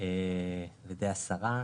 על ידי השרה,